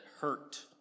hurt